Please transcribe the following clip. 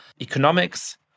economics